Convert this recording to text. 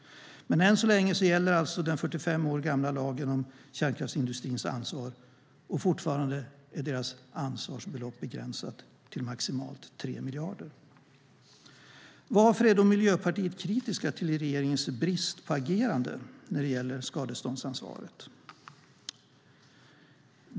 Än så länge gäller alltså den 45 år gamla lagen om kärnkraftsindustrins ansvar, och fortfarande är ansvarsbeloppet begränsat till maximalt 3 miljarder. Varför är Miljöpartiet kritiskt till regeringens brist på agerande när det gäller skadeståndsansvaret?